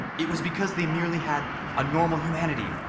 it was because they merely had a normal humanity,